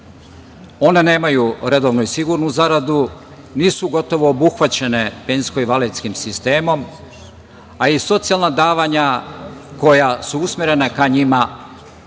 One nemaju redovnu i sigurnu zaradu, nisu gotovo obuhvaćene penzijskih i invalidskim sistemom, a i socijalna davanja koja su usmerena ka njima